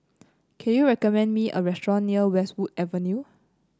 can you recommend me a restaurant near Westwood Avenue